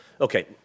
Okay